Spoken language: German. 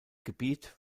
gebiet